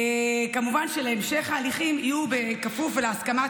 כמובן שהמשך ההליכים יהיו בכפוף להסכמת